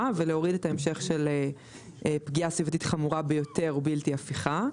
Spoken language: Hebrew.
ולהוריד את ההמשך של פגיעה סביבתית חמורה ביותר ובלתי הפיכה.